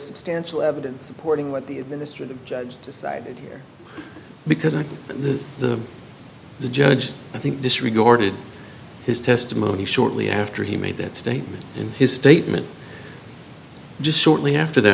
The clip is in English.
substantial evidence supporting what the administrative judge decided here because i think that the judge i think disregarded his testimony shortly after he made that statement in his statement just shortly after that